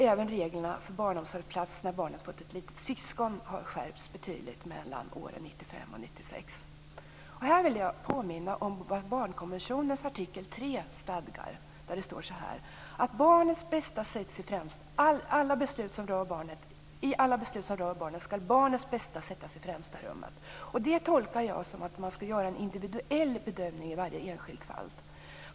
Även reglerna för barnomsorgsplats när barnet fått ett litet syskon har skärpts betydligt mellan åren 1995 Här vill jag påminna om stadgarna i barnkonventionens artikel 3. Det står så här: I alla beslut som rör barnet skall barnets bästa sättas i främsta rummet. Det tolkar jag som att man skall göra en individuell bedömning i varje enskilt fall.